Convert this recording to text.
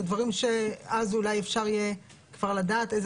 אלה דברים שאז אולי יהיה אפשר לדעת איזה